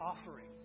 offering